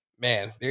man